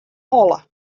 holle